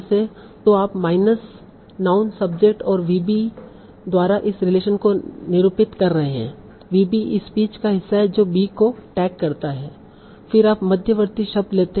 तो आप minus noun subject और VBE द्वारा इस रिलेशन को निरूपित कर रहे हैं VBE स्पीच का हिस्सा है जो बी को टैग करता है फिर आप मध्यवर्ती शब्द लेते है